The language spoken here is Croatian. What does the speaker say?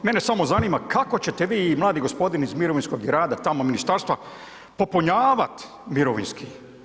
Mene samo zanima kako ćete vi i mladi gospodin iz mirovinskog i rada i tamo ministarstva popunjavat mirovinski.